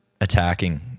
attacking